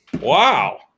Wow